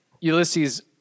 Ulysses